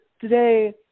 today